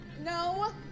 No